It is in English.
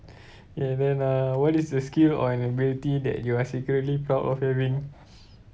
okay then uh what is a skill or an ability that you are secretly proud of having